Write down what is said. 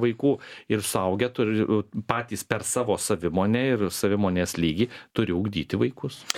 vaikų ir suaugę turiu patys per savo savimonę ir savimonės lygį turi ugdyti vaikus